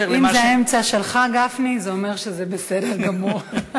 אם זה האמצע שלך, גפני, זה אומר שזה בסדר גמור.